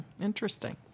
Interesting